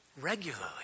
regularly